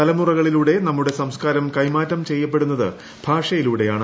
തലമുറകളിലൂടെ നമ്മുടെ സംസ്കാരം കൈമാറ്റം ചെയ്യപ്പെടുന്നത് ഭാഷയിലൂടെയാണ്